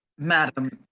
madam,